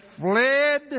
fled